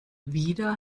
wieder